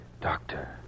Doctor